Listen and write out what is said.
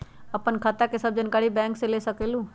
आपन खाता के सब जानकारी बैंक से ले सकेलु?